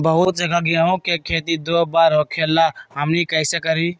बहुत जगह गेंहू के खेती दो बार होखेला हमनी कैसे करी?